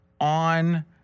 on